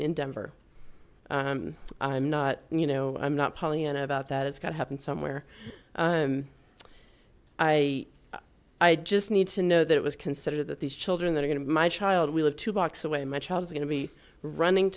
in denver i'm not you know i'm not pollyanna about that it's got to happen somewhere i i just need to know that it was considered that these children that are going to be my child will live two blocks away my child is going to be running